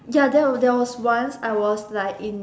ya there was there was once I was like in